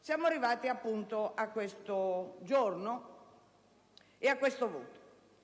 siamo arrivati a questo giorno e a questo voto.